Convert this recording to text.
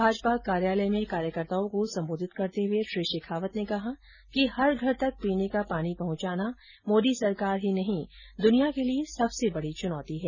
भाजपा कार्यालय में कार्यकर्ताओं को संबोधित करते हुए श्री शेखावत ने कहा कि हर घर तक पीने का पानी पहुंचाना मोदी सरकार ही नहीं दुनिया के लिए सबसे बड़ी चुनौती है